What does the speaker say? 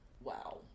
Wow